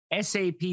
SAP